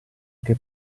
che